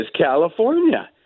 California